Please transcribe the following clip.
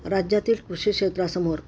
राज्यातील कृषी क्षेत्रासमोर